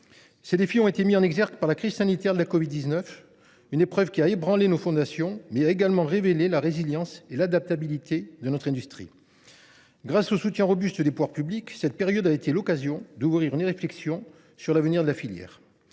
Ceux ci ont été mis en exergue par la crise sanitaire de la covid 19, une épreuve qui a ébranlé nos fondations, mais qui a également révélé la résilience et l’adaptabilité de notre industrie. Grâce au soutien robuste des pouvoirs publics, cette période a été l’occasion d’ouvrir une réflexion sur l’avenir de la filière,